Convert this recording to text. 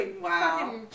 wow